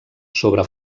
sobre